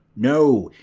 no,